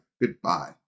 Goodbye